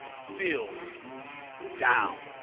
fill down.